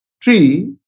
Tree